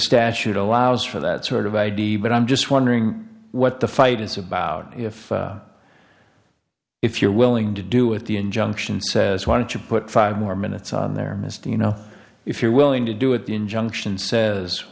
statute allows for that sort of id but i'm just wondering what the fight is about if if you're willing to do with the injunction says why don't you put five more minutes on their missed you know if you're willing to do it the injunction says